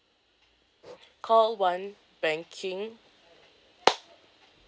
call one banking